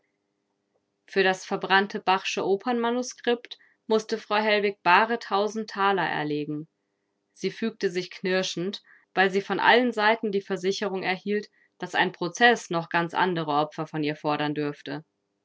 für das verbrannte bachsche opernmanuskript mußte frau hellwig bare tausend thaler erlegen sie fügte sich knirschend weil sie von allen seiten die versicherung erhielt daß ein prozeß noch ganz andere opfer von ihr fordern dürfte